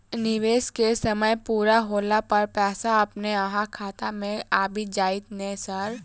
निवेश केँ समय पूरा होला पर पैसा अपने अहाँ खाता मे आबि जाइत नै सर?